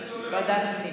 לוועדת הפנים.